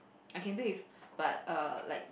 I can play with but err like